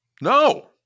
No